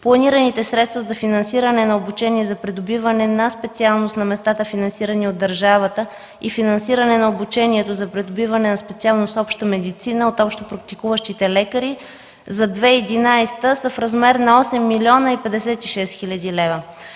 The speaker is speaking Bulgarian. Планираните средства за финансиране на обучение и за придобиване на специалност на местата, финансирани от държавата, и финансиране на обучението за придобиване на специалност „Обща медицина” от общопрактикуващите лекари за 2011 г. са в размер на 8 млн. 056 хил. лв.